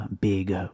big